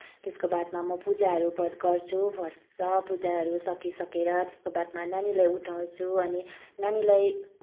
त्यसको बादमा म पूजाहरू गर्छु फर्स्ट त पूजाहरू सकि सकेर त्यसको बादमा नानीलाई उठाउँछु अनि नानीलाई